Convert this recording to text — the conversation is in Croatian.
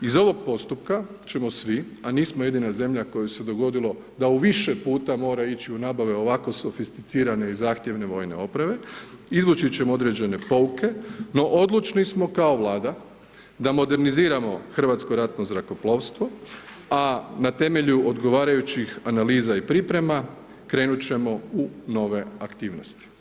Iz ovog postupka ćemo svi, a nismo jedina zemlja kojoj se dogodilo da u više puta mora ići u nabave ovako sofisticirane i zahtjevne vojne opreme, izvući ćemo određene pouke no odlučni smo kao Vlada da moderniziramo Hrvatsko ratno zrakoplovstvo, a na temelju odgovarajućih analiza i priprema krenut ćemo u nove aktivnosti.